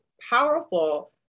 powerful